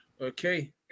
Okay